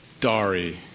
Dari